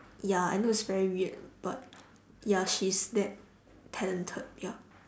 ya I know it's very weird but ya she's that talented ya